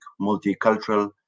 multicultural